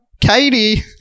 Katie